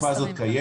התרופה הזאת קיימת,